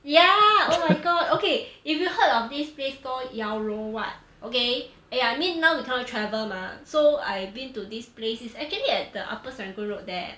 yeah oh my god okay if you heard of this place called Yaowarat okay eh I mean now we cannot travel mah so I been to this place it's actually at the upper serangoon road there